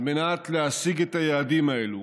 על מנת להשיג את היעדים האלה